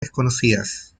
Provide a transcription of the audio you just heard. desconocidas